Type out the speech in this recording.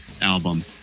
album